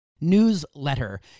newsletter